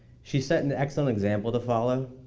she set an excellent example to follow.